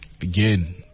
Again